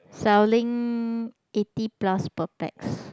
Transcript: selling eighty plus per pax